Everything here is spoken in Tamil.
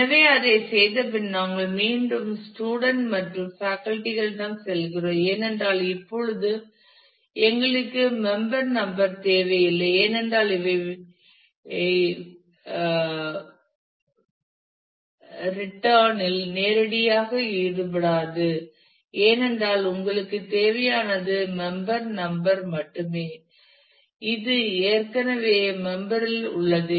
எனவே அதைச் செய்தபின் நாங்கள் மீண்டும் ஸ்டூடண்ட் மற்றும் பேக்கல்டி களிடம் செல்கிறோம் ஏனென்றால் இப்போது எங்களுக்கு மெம்பர் நம்பர் தேவையில்லை ஏனென்றால் இவை ரிட்டன் இல் நேரடியாக ஈடுபடாது ஏனென்றால் உங்களுக்கு தேவையானது மெம்பர் நம்பர் மட்டுமே இது ஏற்கனவே மெம்பர் ளில் உள்ளது